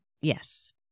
Yes